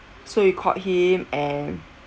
so you called him and